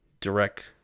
direct